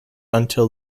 until